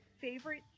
favorite